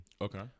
Okay